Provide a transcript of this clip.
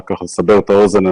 לסבר את האוזן,